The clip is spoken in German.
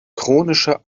chronische